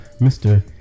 Mr